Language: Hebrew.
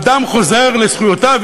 האדם חוזר לזכויותיו,